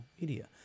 media